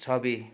छवि